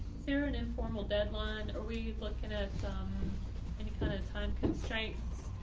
sarah, an informal deadline, are we looking at any kind of time constraints?